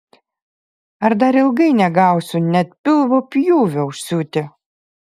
ar dar ilgai negausiu net pilvo pjūvio užsiūti